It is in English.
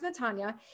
Natanya